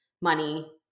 money